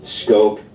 scope